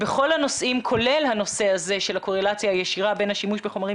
בכל הנושאים כולל הנושא הזה של הקורלציה הישירה בין השימוש בחומרים